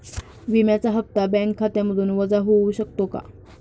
विम्याचा हप्ता बँक खात्यामधून वजा होऊ शकतो का?